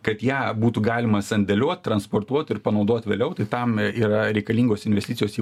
kad ją būtų galima sandėliuot transportuot ir panaudot vėliau tai tam yra reikalingos investicijos į